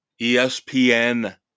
ESPN